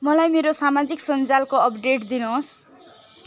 मलाई मेरो सामाजिक सञ्जालको अपडेट दिनुहोस्